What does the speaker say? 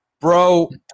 Bro